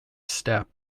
step